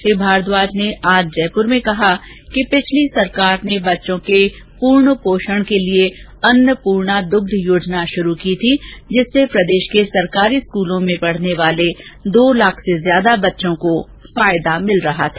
श्री भारद्वाज ने आज जयपुर में कहा कि पिछली सरकार ने बच्चों के पूर्ण पोषण के लिए अन्नपूर्णा दुग्ध योजना शुरु की थी जिससे प्रदेश के सरकारी स्कूलों में पढने वाले दो लाख से ज्यादा बच्चों को इसका लाभ मिल रहा था